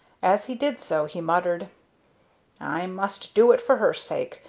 as he did so he muttered i must do it for her sake,